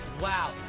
Wow